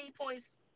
points